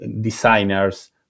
designers